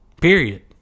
period